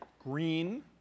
green